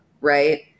Right